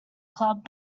club